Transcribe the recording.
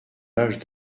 l’âge